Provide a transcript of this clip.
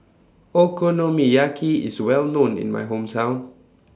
Okonomiyaki IS Well known in My Hometown